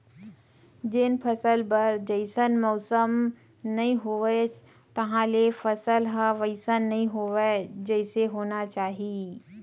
जेन फसल बर जइसन मउसम नइ होइस तहाँले फसल ह वइसन नइ होवय जइसे होना चाही